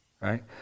right